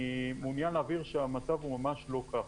אני מעוניין להבהיר שהמצב הוא ממש לא כך.